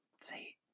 Say